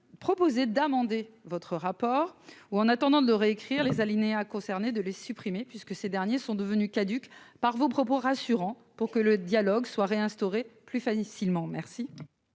proposer d'amender votre rapport ou en attendant de réécrire les alinéas concernés de les supprimer, puisque ces derniers sont devenus caduques par vos propos rassurants pour que le dialogue soit réinstaurée plus facilement merci.